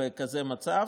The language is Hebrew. בכזה מצב,